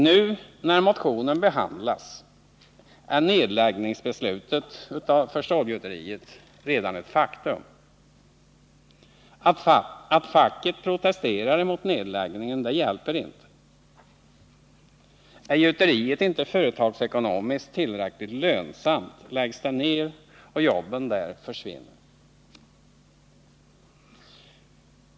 Nu, när motionen behandlas, är nedläggningsbeslutet beträffande stålgjuteriet redan ett faktum. Att facket protesterar mot nedläggningen hjälper inte. Är gjuteriet inte tillräckligt lönsamt från företagsekonomisk synpunkt läggs det ned, och jobben där försvinner.